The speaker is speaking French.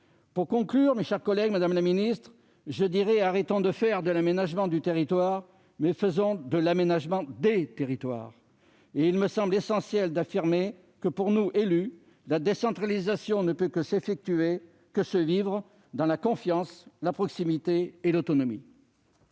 Pour conclure, mes chers collègues, madame la ministre, je dirai tout simplement : arrêtons de faire de l'aménagement du territoire et faisons de l'aménagement territoires ! Il me semble essentiel d'affirmer que, pour nous élus, la décentralisation ne peut que s'effectuer et se vivre dans la confiance, la proximité et l'autonomie.